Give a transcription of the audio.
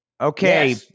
Okay